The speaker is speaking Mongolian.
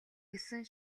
гэсэн